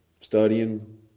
Studying